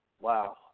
Wow